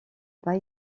pas